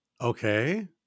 Okay